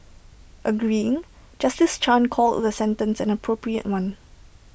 agreeing justice chan called the sentence an appropriate one